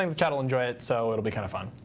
um the chat will enjoy it. so it'll be kind of fun.